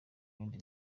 yindi